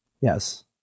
Yes